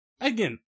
again